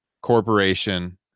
corporation